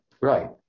Right